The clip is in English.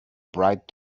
bright